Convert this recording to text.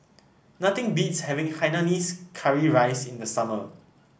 nothing beats having Hainanese Curry Rice in the summer